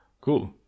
Cool